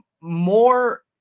more